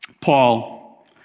Paul